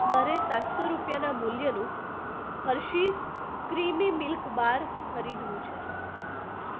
મારે સાતસો રૂપિયાના મૂલ્યનું હર્શિઝ ક્રીમી મિલ્ક બાર ખરીદવું છે